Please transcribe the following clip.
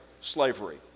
slavery